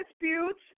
disputes